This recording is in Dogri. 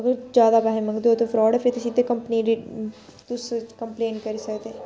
अगर ज्यादा पैहे मगंदे ते फिर ते फ्राड ऐ फिर ते सिद्धा कम्पनी च तुस कम्पलेन करी सकदे